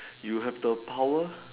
now have the power